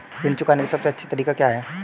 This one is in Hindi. ऋण चुकाने का सबसे अच्छा तरीका क्या है?